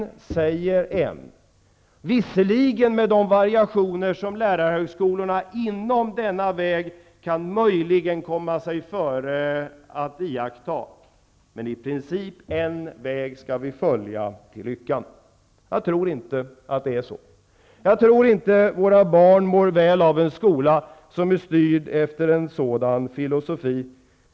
Visserligen gäller detta påstående med de variationer som lärarhögskolorna inom denna väg möjligen kan komma sig före att iaktta, men i princip är det en väg som vi skall följa och som leder till lyckan. Jag tror inte att det är på det sättet. Jag tror inte att våra barn mår väl av en skola som styrs med en sådan filosofi.